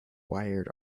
wired